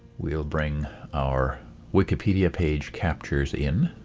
we'll bring our wikipedia page captures in.